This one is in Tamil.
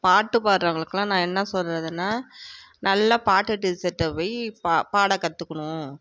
பாட்டு பாடறவுங்களுக்கலா நான் என்ன சொல்றதுனால் நல்ல பாட்டு டீச்சர்கிட்ட போய் பா பாட கற்றுக்குணும்